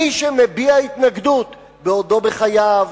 מי שמביע התנגדות בעודו בחייו,